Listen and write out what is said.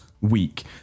week